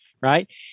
right